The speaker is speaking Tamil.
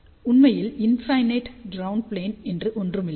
உண்மையில் இன்ஃபினிட் க்ரௌண்ட் ப்ளேன் என்று ஒன்றுமில்லை